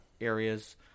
areas